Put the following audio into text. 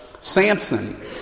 Samson